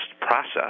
process